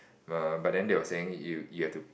err but then they were saying you you have to